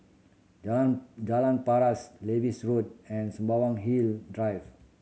Jalan Jalan Paras Lewis Road and Sembawang Hill Drive